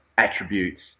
attributes